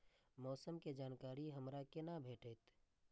मौसम के जानकारी हमरा केना भेटैत?